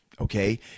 okay